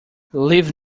leave